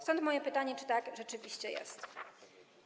Stąd moje pytanie, czy tak rzeczywiście jest.